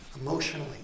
Emotionally